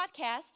podcast